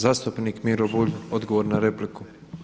Zastupnik Miro Bulj odgovor na repliku.